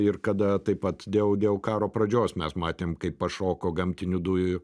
ir kada taip pat dėl dėl karo pradžios mes matėm kaip pašoko gamtinių dujų